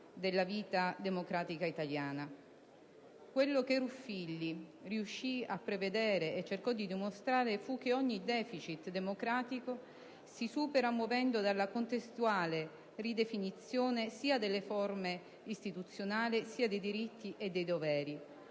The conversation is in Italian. della vita democratica italiana. Quello che Ruffilli riuscì a prevedere e cercò di dimostrare fu che ogni *deficit* democratico si supera muovendo dalla contestuale ridefinizione sia delle forme istituzionali, sia dei diritti e dei doveri